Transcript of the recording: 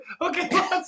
Okay